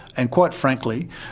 and quite frankly,